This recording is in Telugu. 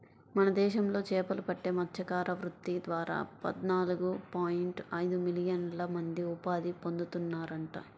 మన దేశంలో చేపలు పట్టే మత్స్యకార వృత్తి ద్వారా పద్నాలుగు పాయింట్ ఐదు మిలియన్ల మంది ఉపాధి పొందుతున్నారంట